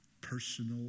personal